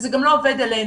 וזה גם לא עובד עלינו.